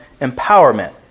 Empowerment